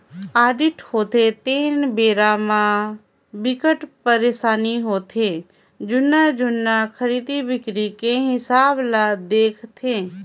audit होथे तेन बेरा म बिकट परसानी होथे जुन्ना जुन्ना खरीदी बिक्री के हिसाब ल देखथे